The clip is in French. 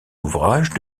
ouvrages